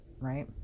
right